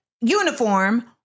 uniform